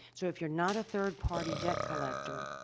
so, if you're not a third-party debt collector,